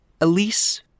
Elise